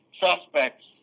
suspects